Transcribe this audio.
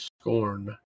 Scorn